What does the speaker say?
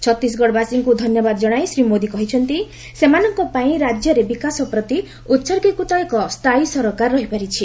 ଛତିଶଗଡ଼ବାସୀଙ୍କୁ ଧନ୍ୟବାଦ ଜଣାଇ ଶ୍ରୀ ମୋଦି କହିଛନ୍ତି ସେମାନଙ୍କପାଇଁ ରାଜ୍ୟରେ ବିକାଶ ପ୍ରତି ଉହର୍ଗୀକୃତ ଏକ ସ୍ଥାୟୀ ସରକାର ରହିପାରିଛି